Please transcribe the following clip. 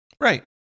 Right